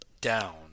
down